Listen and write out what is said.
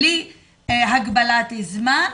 בלי הגבלת זמן,